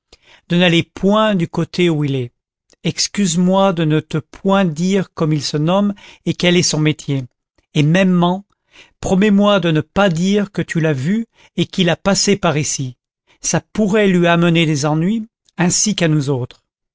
de n'aller point du côté où il est excuse-moi de ne te point dire comme il se nomme et quel est son métier et mêmement promets-moi de ne pas dire que tu l'as vu et qu'il a passé par ici ça pourrait lui amener des ennuis ainsi qu'à nous autres